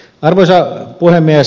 arvoisa puhemies